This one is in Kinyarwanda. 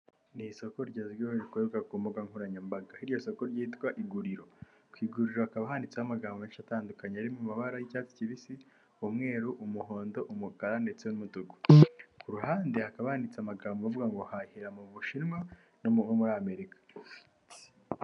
Ni isoko rigezweho rikorera ku mbuga nkoranyambaga, nk'iryo soko ryitwa Iguriro, ku iguriro hakaba handitseho amagambo menshi atandukanye, ari mu mabara y'icyatsi kibisi, umweru umuhondo umukara ndetse n'umutuku, kuruhande hakaba yanditse amagambo avuga ngo hahira mu Bushinwa no mu bo muri Amerika